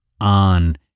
on